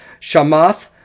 Shamath